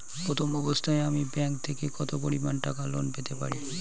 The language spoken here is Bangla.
প্রথম অবস্থায় আমি ব্যাংক থেকে কত পরিমান টাকা লোন পেতে পারি?